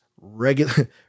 regular